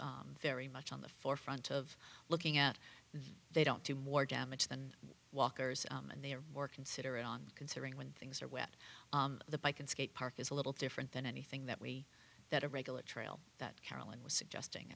is very much on the forefront of looking at them they don't do more damage than walkers and they are more considerate on considering when things are wet the bike and skate park is a little different than anything that we that a regular trail that carolyn was suggesting